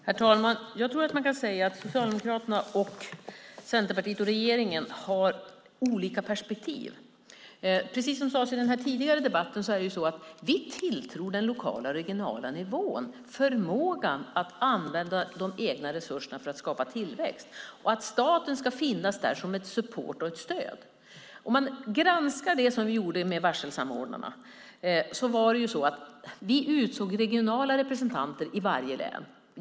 Herr talman! Man kan säga att Socialdemokraterna och Centerpartiet och regeringen har olika perspektiv. Som sades i den tidigare debatten tilltror vi den lokala och regionala nivån förmågan att använda de egna resurserna för att skapa tillväxt. Staten ska finnas där som support, som stöd. Det vi gjorde när det gällde varselsamordnarna var att vi utsåg regionala representanter i varje län.